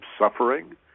suffering